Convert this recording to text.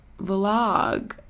vlog